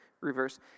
reverse